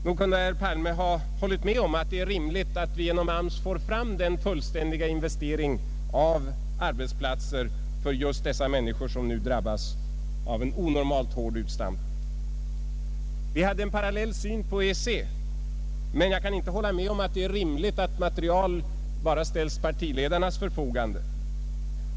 Nog kunde herr Palme hållit med om att det är rimligt att vi genom AMS får fram en fullständig inventering av arbetsplatser för just dessa människor som nu drabbas av en onormalt hård utstampning. Vi hade också en parallell syn på EEC. Men jag kan inte hålla med om att det är rimligt att material bara ställs till partiledarnas förfogande.